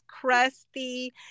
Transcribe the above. crusty